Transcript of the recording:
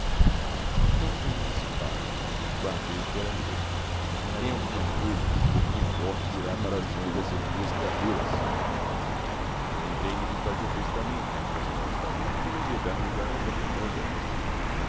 não fui um dissipado guardei o que era meu e tenho alguma coisa que por minha morte irá para as mãos dessas duas criatura lembrei-me de fazer testamento mas um testamento poderia dar lugar a uma demanda